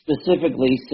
specifically